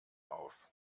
auf